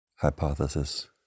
Hypothesis